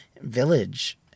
village